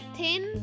thin